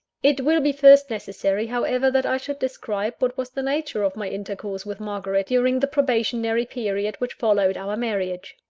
it will be first necessary, however, that i should describe what was the nature of my intercourse with margaret, during the probationary period which followed our marriage.